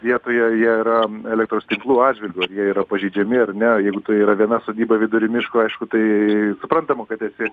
vietoje jie yra elektros tinklų atžvilgiu ar jie yra pažeidžiami ar ne jeigu tai yra viena sodyba vidury miško aišku tai suprantama kad esi